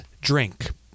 Drink